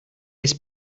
his